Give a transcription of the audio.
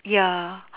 ya